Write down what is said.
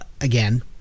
again